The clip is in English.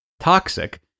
Toxic